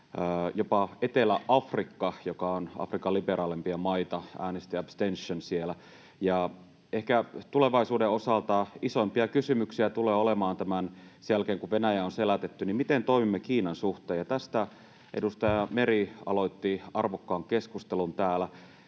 Jopa Etelä-Afrikka, joka on Afrikan liberaaleimpia maita, äänesti ”abstention” siellä. Ehkä tulevaisuuden osalta isoimpia kysymyksiä tulee olemaan sen jälkeen, kun Venäjä on selätetty, se, miten toimimme Kiinan suhteen, ja tästä edustaja Meri aloitti arvokkaan keskustelun täällä.